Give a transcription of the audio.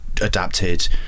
adapted